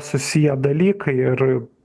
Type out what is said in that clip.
susiję dalykai ir